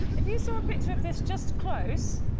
if you saw a picture of this, just close.